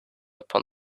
upon